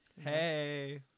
hey